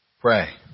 Pray